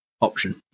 option